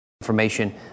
information